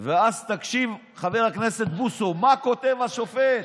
ואז, תקשיב, חבר הכנסת בוסו, מה כותב השופט?